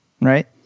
right